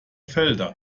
felder